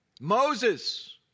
Moses